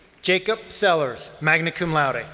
jacob sellers, magna cum laude.